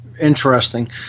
Interesting